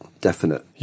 definite